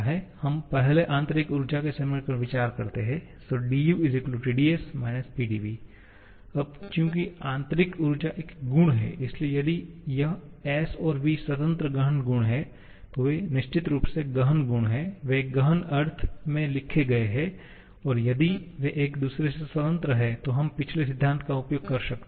हम पहले आंतरिक ऊर्जा के समीकरण पर विचार करते हैं du Tds - Pdv अब चूंकि आंतरिक ऊर्जा एक गुण है इसलिए यदि यह s और v स्वतंत्र गहन गुण हैं तो वे निश्चित रूप से गहन हैं वे गहन अर्थ में लिखे गए हैं और यदि वे एक दूसरे से स्वतंत्र हैं तो हम पिछले सिद्धांत का उपयोग कर सकते हैं